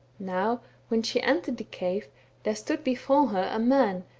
now when she entered the cave there stood before her a man,